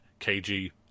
kg